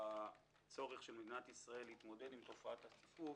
בצורך של מדינת ישראל להתמודד עם תופעת הציפוף,